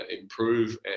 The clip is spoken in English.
improve